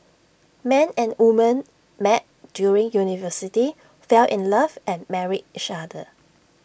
man and woman met during university fell in love and married each other